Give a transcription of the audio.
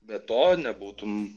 be to nebūtum